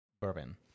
Bourbon